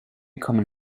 common